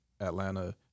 Atlanta